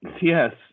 yes